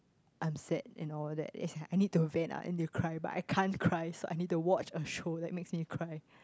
I'm sad and all that ya I need to vent out I need to cry but I can't cry so I need to watch a show that makes me cry